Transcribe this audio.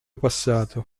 passato